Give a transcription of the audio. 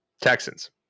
Texans